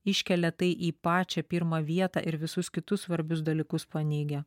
iškelia tai į pačią pirmą vietą ir visus kitus svarbius dalykus paneigia